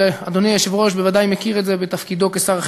ואדוני היושב-ראש בוודאי מכיר את זה בתפקידו כשר החינוך,